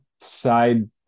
side